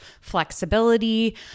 flexibility